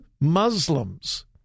Muslims